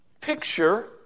picture